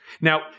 Now